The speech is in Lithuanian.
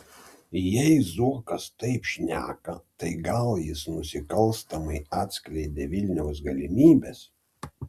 jei zuokas taip šneka tai gal jis nusikalstamai atskleidė vilniaus galimybes